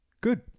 Good